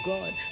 God